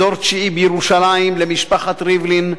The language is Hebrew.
דור תשיעי בירושלים למשפחת ריבלין,